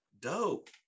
Dope